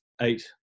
eight